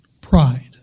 pride